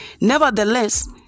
Nevertheless